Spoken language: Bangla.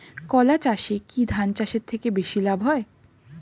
কলা চাষে কী ধান চাষের থেকে বেশী লাভ হয়?